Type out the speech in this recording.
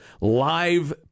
Live